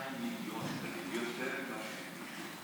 הקצבתי 22 מיליון שקלים, יותר ממה שהגישו.